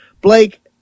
Blake